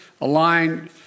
aligned